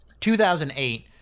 2008